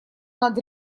над